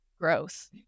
growth